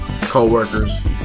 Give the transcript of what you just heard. co-workers